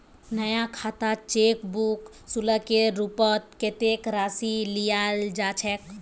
नया खातात cheque book शुल्केर रूपत कत्ते राशि लियाल जा छेक